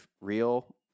real